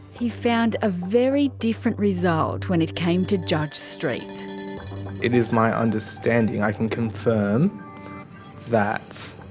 he found a very different result when it came to judge street. it is my understanding, i can confirm that